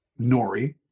Nori